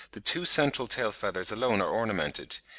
the two central tail-feathers alone are ornamented,